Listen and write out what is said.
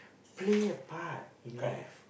play a part in life